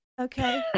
Okay